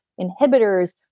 inhibitors